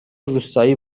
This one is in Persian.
روستایی